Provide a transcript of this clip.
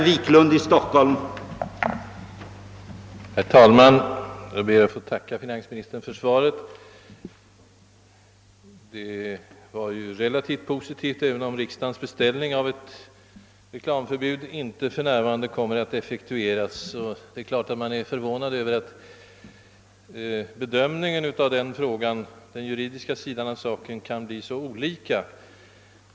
Herr talman! Jag ber att få tacka finansministern för svaret, som ju var relativt positivt, även om riksdagens beställning av ett lagreglerat reklamförbud inte för närvarande kommer att effektueras. Man kan inte vara annat än förvånad över att bedömningen av den juridiska sidan av denna fråga kan vara så olika.